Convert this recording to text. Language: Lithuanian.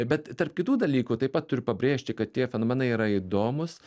bet tarp kitų dalykų taip pat turiu pabrėžti kad tie fenomenai yra įdomūs